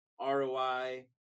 ROI